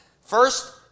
first